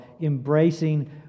embracing